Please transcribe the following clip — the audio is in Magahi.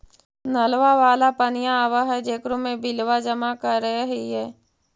नलवा वाला पनिया आव है जेकरो मे बिलवा जमा करहिऐ?